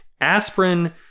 Aspirin